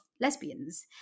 lesbians